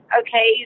okay